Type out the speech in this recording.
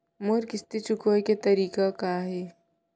मोर किस्ती चुकोय के तारीक का हे?